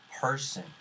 person